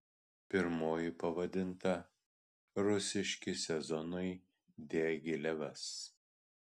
pirmoji pavadinta rusiški sezonai diagilevas